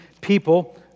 people